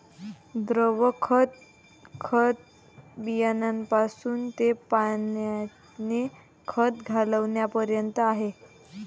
द्रव खत, खत बियाण्यापासून ते पाण्याने खत घालण्यापर्यंत आहे